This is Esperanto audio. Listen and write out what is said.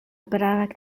brava